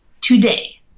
today